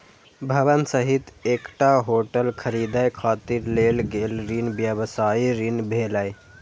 भवन सहित एकटा होटल खरीदै खातिर लेल गेल ऋण व्यवसायी ऋण भेलै